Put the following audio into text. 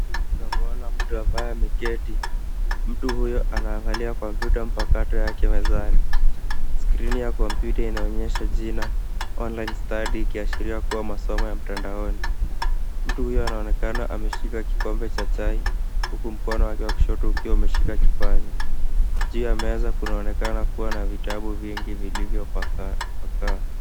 Tunamwona mtu ambaye ameketi. Mtu huyo anaangalia kompyuta mpakato cha mezani. Skrini ya kompyuta inaonyesha jina online study ikiashiria masomo ya mtandaoni. Mtu huyu anaonekana ameshika kikombe cha chai huku mkono wake wa kushoto ukiwa umeshika kipanya. Juu ya meza kunaonekana kuwa na vitabu vingi vilivyopakaa.